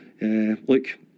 look